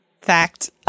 Fact